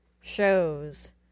shows